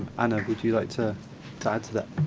anna, would you like to to add to that?